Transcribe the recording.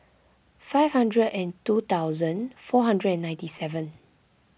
five hundred and two thousand four hundred and ninety seven